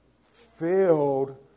Filled